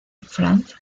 franz